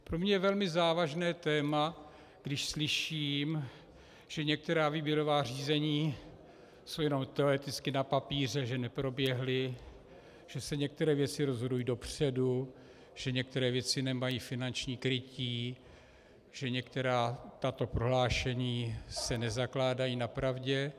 Pro mě je velmi závažné téma, když slyším, že některá výběrová řízení jsou jenom teoreticky na papíře, že neproběhla, že se některé věci rozhodují dopředu, že některé věci nemají finanční krytí, že některá tato prohlášení se nezakládají na pravdě.